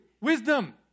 Wisdom